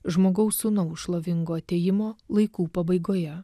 žmogaus sūnaus šlovingo atėjimo laikų pabaigoje